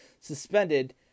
suspended